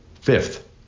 Fifth